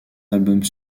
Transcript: albums